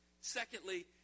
Secondly